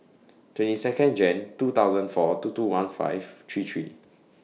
twenty Second Jan two thousand four two two one five three three